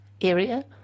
area